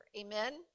Amen